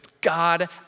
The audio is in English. God